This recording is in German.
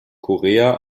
korea